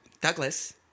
Douglas